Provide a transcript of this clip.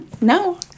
No